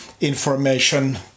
information